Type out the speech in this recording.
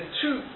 two